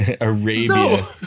Arabia